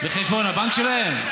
העבירו, לחשבון הבנק שלהם?